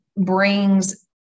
brings